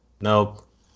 Nope